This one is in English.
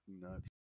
nuts